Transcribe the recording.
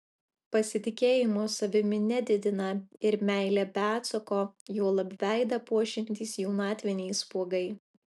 pasitikėjimo savimi nedidina ir meilė be atsako juolab veidą puošiantys jaunatviniai spuogai